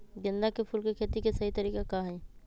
गेंदा के फूल के खेती के सही तरीका का हाई?